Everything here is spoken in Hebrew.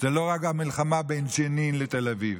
זאת לא רק המלחמה בין ג'נין לתל אביב,